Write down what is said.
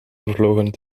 vervlogen